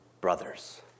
brothers